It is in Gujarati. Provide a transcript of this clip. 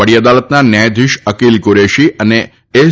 વડી અદાલતના ન્યાયાધીશ અકીલ કુરેશી અને એસ